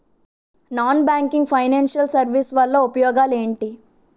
Non banking financial services వల్ల ఉపయోగాలు ఎంటి?